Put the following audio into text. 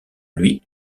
lui